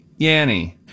yanny